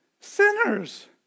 sinners